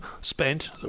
spent